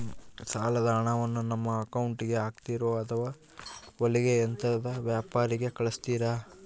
ಸಾಲದ ಹಣವನ್ನು ನಮ್ಮ ಅಕೌಂಟಿಗೆ ಹಾಕ್ತಿರೋ ಅಥವಾ ಹೊಲಿಗೆ ಯಂತ್ರದ ವ್ಯಾಪಾರಿಗೆ ಕಳಿಸ್ತಿರಾ?